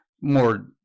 more